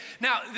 Now